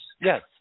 Yes